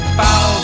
bow